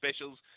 specials